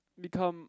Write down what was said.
become